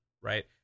right